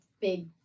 big